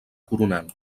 coronel